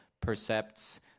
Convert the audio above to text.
Percepts